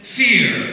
fear